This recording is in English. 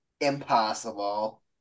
impossible